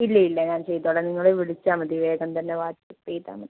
ഇല്ല ഇല്ല ഞാൻ ചെയ്തുകൊള്ളാം നിങ്ങള് വിളിച്ചാല് മതി വേഗം തന്നെ വാട്സപ്പ് ചെയ്താല് മതി